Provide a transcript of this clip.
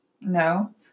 No